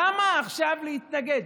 למה עכשיו להתנגד?